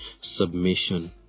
submission